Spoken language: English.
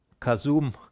Kazum